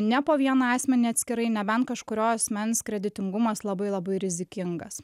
ne po vieną asmenį atskirai nebent kažkurio asmens kreditingumas labai labai rizikingas